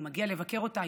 הוא מגיע לבקר אותה,